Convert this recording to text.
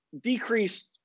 decreased